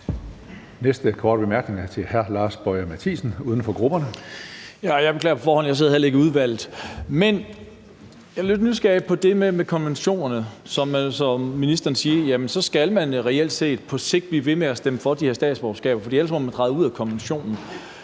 Næste korte bemærkning er til hr. Lars Boje Mathiesen, uden for grupperne. Kl. 11:15 Lars Boje Mathiesen (UFG): Jeg beklager på forhånd, at jeg heller ikke sidder i udvalget. Men jeg er lidt nysgerrig på det med konventionerne, hvor ministeren siger, at så skal man reelt set på sigt blive ved med at stemme for de her statsborgerskaber, for ellers må man træde ud af konventionen.